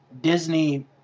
Disney